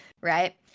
right